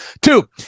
Two